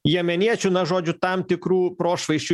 jemeniečių na žodžiu tam tikrų prošvaisčių